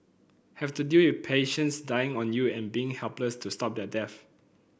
have to deal with patients dying on you and being helpless to stop their deaths